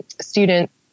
students